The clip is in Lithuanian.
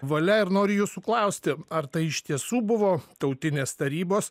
valia ir noriu jūsų klausti ar tai iš tiesų buvo tautinės tarybos